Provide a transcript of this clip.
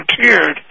volunteered